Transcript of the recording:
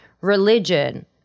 religion